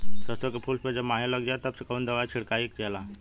सरसो के फूल पर जब माहो लग जाला तब कवन दवाई छिड़कल जाला?